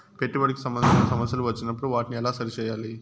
పెట్టుబడికి సంబంధించిన సమస్యలు వచ్చినప్పుడు వాటిని ఎలా సరి చేయాలి?